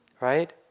right